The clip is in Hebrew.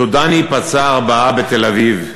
סודאני פצע ארבעה בתל-אביב,